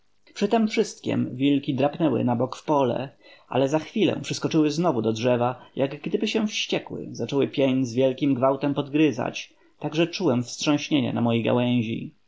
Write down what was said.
tem wszystkiem wilki drapnęły na bok w pole ale za chwilę przyskoczyły znów do drzewa jak gdyby się wściekły zaczęły pień z wielkim gwałtem podgryzać tak że czułem wstrząśnienia na mojej gałęzi